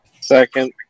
Second